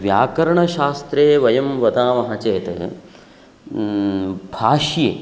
व्याकरणशास्त्रे वयं वदामः चेत् भाष्ये